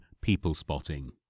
people-spotting